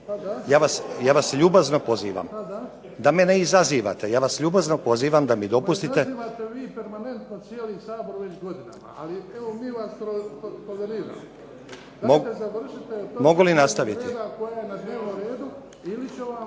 Ja vas ljubazno pozivam da me ne izazivate. Ja vas ljubazno pozivam da mi dopustite. **Bebić, Luka (HDZ)** Ma izazivate vi permanentno cijeli Sabor već godinama, ali evo mi vam toleriramo. Dajte završite